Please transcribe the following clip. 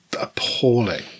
appalling